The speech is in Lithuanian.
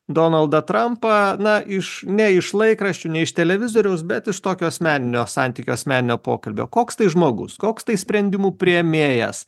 donaldą trampą na iš ne iš laikraščių ne iš televizoriaus bet iš tokio asmeninio santykio asmeninio pokalbio koks tai žmogus koks tai sprendimų priėmėjas